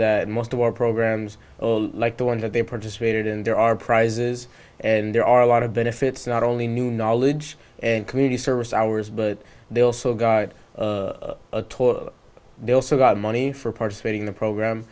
that most of our programs like the ones that they participated in there are prizes and there are a lot of benefits not only new knowledge and community service hours but they also got they also got money for participating in the program